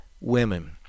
women